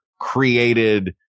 created